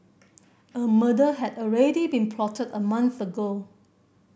a murder had already been plotted a month ago